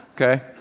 Okay